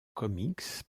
comics